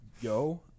Yo